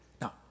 Now